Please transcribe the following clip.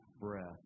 breath